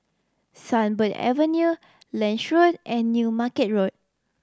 Sunbird Avenue Lange Road and New Market Road